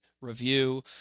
review